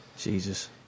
Jesus